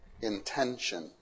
Intention